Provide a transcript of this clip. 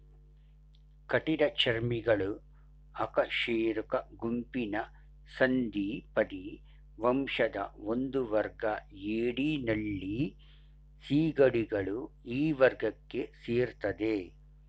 ಕಠಿಣಚರ್ಮಿಗಳು ಅಕಶೇರುಕ ಗುಂಪಿನ ಸಂಧಿಪದಿ ವಂಶದ ಒಂದುವರ್ಗ ಏಡಿ ನಳ್ಳಿ ಸೀಗಡಿಗಳು ಈ ವರ್ಗಕ್ಕೆ ಸೇರ್ತದೆ